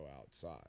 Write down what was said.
outside